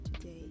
today